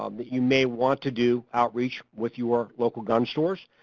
um that you may want to do outreach with your local gun stores.